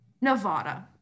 Nevada